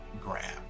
grab